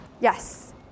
yes